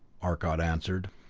arcot answered.